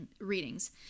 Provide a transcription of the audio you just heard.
readings